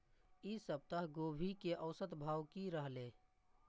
ई सप्ताह गोभी के औसत भाव की रहले?